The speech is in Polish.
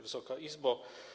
Wysoka Izbo!